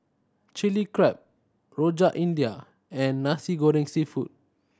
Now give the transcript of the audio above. Chilli Crab Rojak India and Nasi Goreng Seafood